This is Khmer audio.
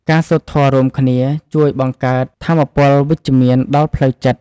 ការសូត្រធម៌រួមគ្នា ជួយបង្កើតថាមពលវិជ្ជមានដល់ផ្លូវចិត្ត។